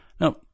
Now